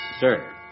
sir